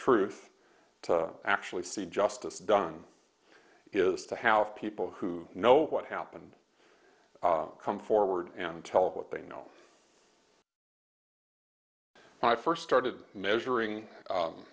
truth to actually see justice done is to have people who know what happened come forward and tell what they know when i first started measuring